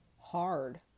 hard